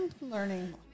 learning